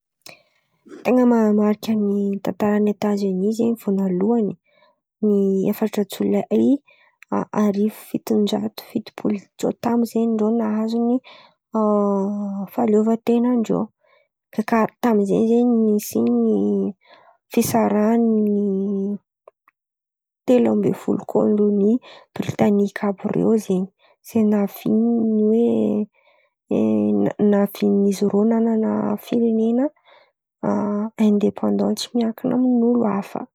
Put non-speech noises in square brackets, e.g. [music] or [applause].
Ten̈a manamarika ny tantaran'ny Etazonia zen̈y voanalohany, ny efatra Jolay arivo fitonjato fitopolo tsiôta amby zen̈y rô nahazo ny [hesitation] fahaleovan-ten̈an-drô. Kà tamy ze zen̈y nisian'ny fisarahan'ny telo ambin'ny folo kôlôny britaniky àby reo zen̈y. Zen̈y nahavian'ny oe navian'izy rô nanana firenena [hesitation] aindepandan tsy mainkina amin'olo hafa.